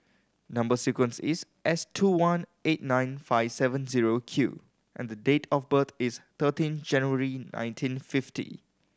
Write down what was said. number sequence is S two one eight nine five seven zero Q and the date of birth is thirteen January nineteen fifty